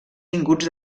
vinguts